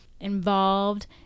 involved